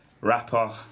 Rapper